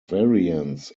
variants